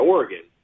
Oregon